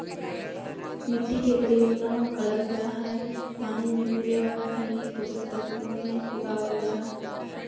मिट्टी के प्रयोग नै करल जा हई पानी मे घुले वाला खनिज पोषक तत्व मे उगावल जा हई